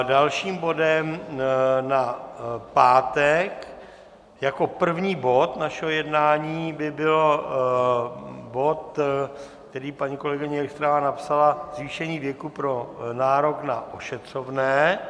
Dalším bodem na pátek jako první bod našeho jednání by byl bod, který paní kolegyně Richterová nazvala zvýšení věku pro nárok na ošetřovné.